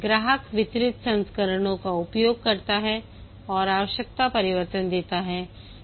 ग्राहक वितरित संस्करणों का उपयोग करता है और आवश्यकता परिवर्तन देता है